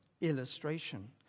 illustration